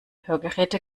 hörgeräte